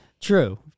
True